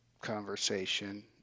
conversation